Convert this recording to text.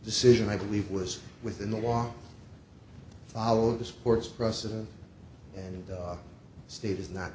decision i believe was within the law follow the sports precedent and state is not